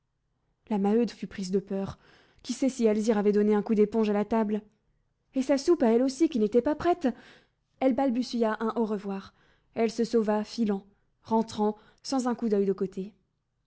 la maheude fut prise de peur qui sait si alzire avait donné un coup d'éponge à la table et sa soupe à elle aussi qui n'était pas prête elle balbutia un au revoir elle se sauva filant rentrant sans un coup d'oeil de côté